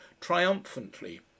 triumphantly